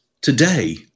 today